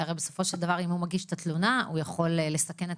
הרי בסופו של דבר אם הוא מגיש את התלונה הוא יכול לסכן את